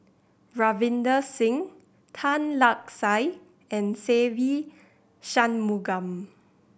Ravinder Singh Tan Lark Sye and Se Ve Shanmugam